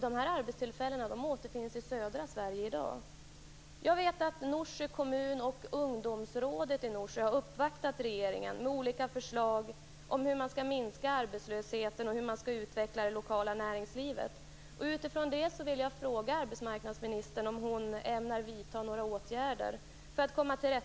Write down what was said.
De här arbetstillfällena återfinns i dag i södra Sverige. Jag vet att Norsjö kommun och ungdomsrådet i Norsjö har uppvaktat regeringen med olika förslag om hur man skall minska arbetslösheten och utveckla det lokala näringslivet.